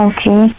Okay